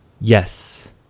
Yes